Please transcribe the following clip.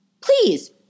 please